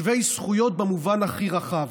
שווי זכויות במובן הכי רחב.